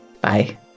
Bye